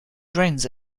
drains